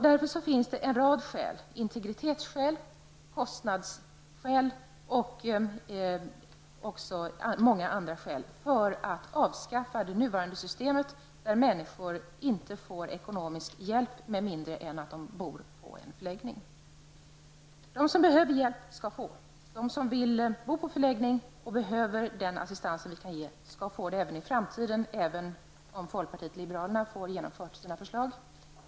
Det finns en rad skäl, integritetsskäl, kostnadsskäl och personliga skäl för att avskaffa det nuvarande systemet, där människor inte får ekonomisk hjälp med mindre än de bor på en förläggning. De som behöver hjälp skall få det. De som vill bo på förläggning och behöver den assistens vi kan ge skall få det även i framtiden, om folkpartiet liberalerna får genomföra sina förslag.